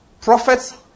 Prophets